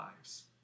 lives